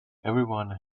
everyone